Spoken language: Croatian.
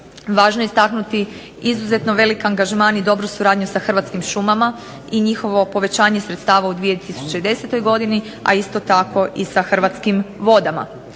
Važno je istaknuti izuzetno velik angažman i dobru suradnju sa Hrvatskim šumama i njihovo povećanje sredstava u 2010. godini, a isto tako i sa Hrvatskim vodama.